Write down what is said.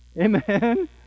amen